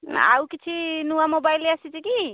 ଆଉ କିଛି ନୂଆ ମୋବାଇଲ ଆସିଛି କି